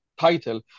title